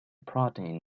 protein